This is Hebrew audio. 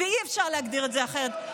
אי-אפשר להגדיר את זה אחרת.